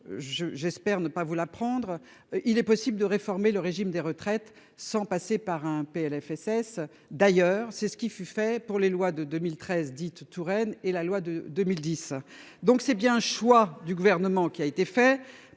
j'espère ne pas vous l'apprendre. Il est possible de réformer le régime des retraites sans passer par un PLFSS d'ailleurs c'est ce qui fut fait pour les lois de 2013 dites Touraine et la loi de 2010, donc c'est bien. Choix du gouvernement qui a été fait,